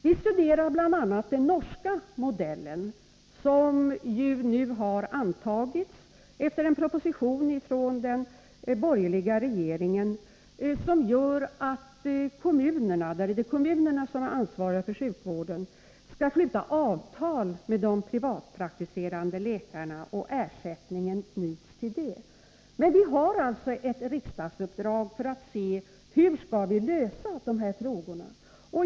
Vi studerar bl.a. den norska modellen, som nu har antagits efter en proposition från den borgerliga regeringen. I Norge är det kommunerna som har ansvaret för sjukvården. Kommunerna skall sluta avtal med de privatpraktiserande läkarna och ersättningen knyts till detta. Regeringen har alltså ett riksdagsuppdrag att se på hur man skall kunna lösa dessa frågor.